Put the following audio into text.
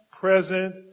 present